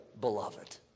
beloved